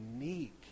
unique